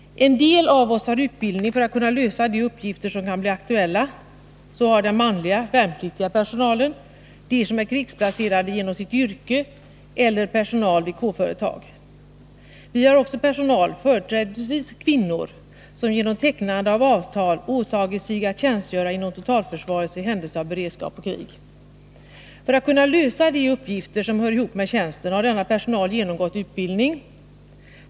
En del av oss har utbildning för att kunna lösa de uppgifter som kan bli aktuella. Det gäller den manliga, värnpliktiga personalen, de som är krigsplacerade genom sitt yrke eller personal vid K-företag. Vi har också personal, företrädesvis kvinnor, som genom tecknande av avtal åtagit sig att tjänstgöra inom totalförsvaret i händelse av beredskap och krig. För att kunna lösa de uppgifter som hör ihop med tjänsten har denna personal genomgått utbildning.